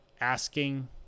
asking